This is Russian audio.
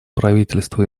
правительства